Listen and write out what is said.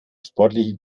sportliche